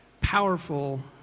powerful